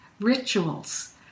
rituals